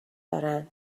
دارن